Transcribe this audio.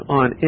on